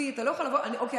אוקיי,